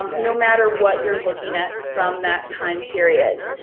um no matter what you're looking at from that time period.